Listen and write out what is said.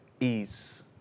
ease